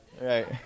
right